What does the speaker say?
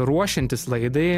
ruošiantis laidai